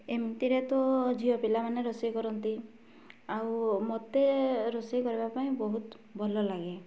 ଏମିତିରେ ତ ଝିଅ ପିଲାମାନେ ରୋଷେଇ କରନ୍ତି ଆଉ ମୋତେ ରୋଷେଇ କରିବା ପାଇଁ ବହୁତ ଭଲ ଲାଗେ